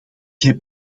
heb